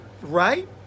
right